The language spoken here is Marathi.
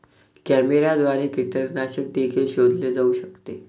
कॅमेऱ्याद्वारे कीटकनाशक देखील शोधले जाऊ शकते